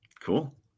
cool